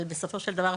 אבל בסופו של דבר,